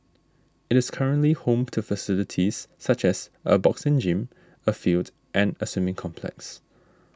it is currently home to facilities such as a boxing gym a field and a swimming complex